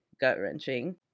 gut-wrenching